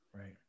Right